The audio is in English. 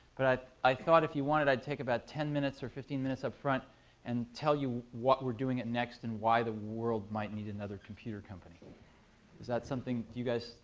but i thought if you wanted, i'd take about ten minutes or fifteen minutes upfront and tell you what we're doing at next and why the world might need another computer company. is that something you guys